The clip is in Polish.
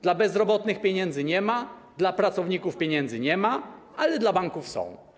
Dla bezrobotnych pieniędzy nie ma, dla pracowników pieniędzy nie ma, ale dla banków są.